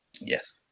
Yes